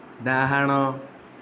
ଡାହାଣ